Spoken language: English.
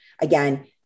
again